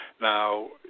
now